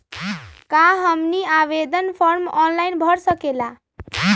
क्या हमनी आवेदन फॉर्म ऑनलाइन भर सकेला?